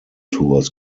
tours